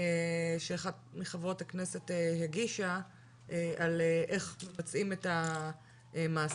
שאחת מחברות הכנסת הגישה על איך מבצעים את המאסרים.